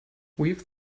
weave